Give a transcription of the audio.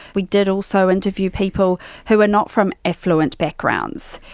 we did also interview people who are not from affluent backgrounds.